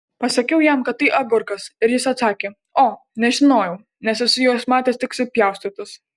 pasakiau jam kad tai agurkas ir jis atsakė o nežinojau nes esu juos matęs tik supjaustytus